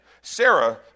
Sarah